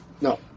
No